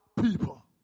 people